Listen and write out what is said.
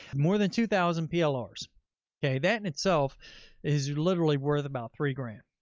more than two thousand plrs okay. that in itself is literally worth about three grand.